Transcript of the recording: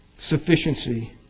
sufficiency